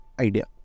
idea